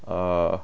uh